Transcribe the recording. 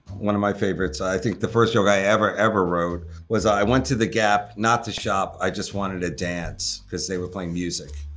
one of my favorites, i think the first joke i ever ever wrote was i went to the gap not to shop, i just wanted to dance cause they were playing music.